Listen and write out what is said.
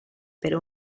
per